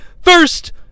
first